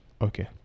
okay